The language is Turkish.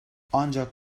ancak